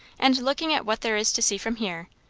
and looking at what there is to see from here,